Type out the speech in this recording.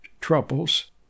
troubles